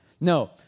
No